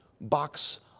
box